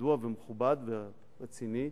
ידוע ומכובד ורציני,